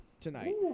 tonight